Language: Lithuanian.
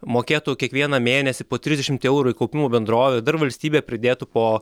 mokėtų kiekvieną mėnesį po trisdešimt eurų į kaupimo bendrovę ir dar valstybė pridėtų po